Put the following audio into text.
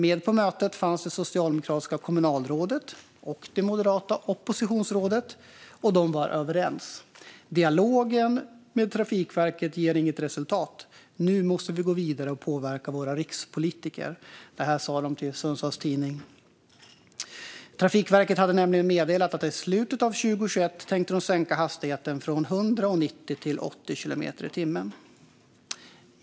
Med på mötet fanns det socialdemokratiska kommunalrådet och det moderata oppositionsrådet. De var överens. Till Sundsvalls Tidning sa de att dialogen med Trafikverket inte ger något resultat och att de nu måste gå vidare och påverka rikspolitikerna. Trafikverket hade nämligen meddelat att de i slutet av 2021 tänker sänka hastigheten från 100 och 90 till 80 kilometer i timmen.